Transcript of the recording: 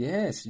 Yes